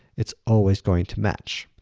it's always going to match.